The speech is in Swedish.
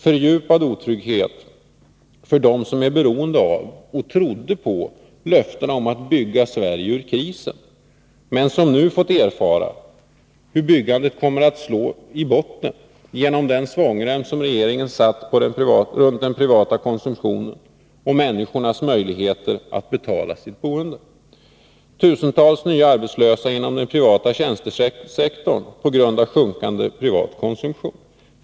Fördjupad otrygghet för dem som är beroende av och trodde på löftena om att bygga Sverige ur krisen men som nu får erfara hur byggandet kommer att slå i botten på grund av den svångrem som regeringen satt runt den privata konsumtionen och människornas möjligheter att betala sitt boende. Tusentals nya arbetslösa inom den privata tjänstesektorn på grund av sjunkande privat konsumtion.